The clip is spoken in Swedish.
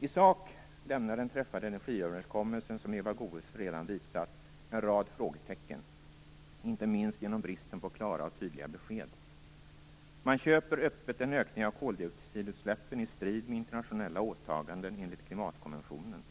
I sak lämnar den träffade energiöverenskommelsen, som Eva Goës redan visat, en rad frågetecken, inte minst genom bristen på klara och tydliga besked. Man köper öppet en ökning av koldioxidutsläppen i strid med internationella åtaganden enligt klimatkonventionen.